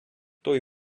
той